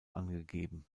angegeben